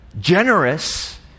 generous